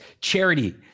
Charity